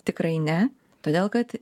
tikrai ne todėl kad